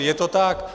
Je to tak.